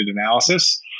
analysis